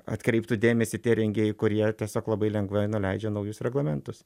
atkreiptų dėmesį tie rengėjai kurie tiesiog labai lengvai nuleidžia naujus reglamentus